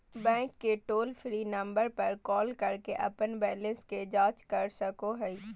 bank के toll free number पर call करके अपन बैलेंस के जांच कर सको हइ